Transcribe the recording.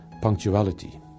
punctuality